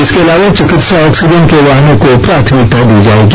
इसके अलावा चिकित्सा ऑक्सीजन के वाहनों को प्राथमिकता दी जाएगी